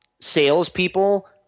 salespeople